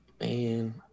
Man